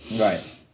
right